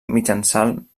mitjançant